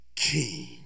king